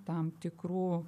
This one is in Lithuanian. tam tikrų